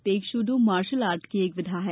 तेगशूडो martial art की एक विधा है